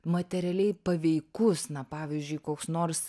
materialiai paveikus na pavyzdžiui koks nors